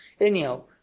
Anyhow